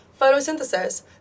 photosynthesis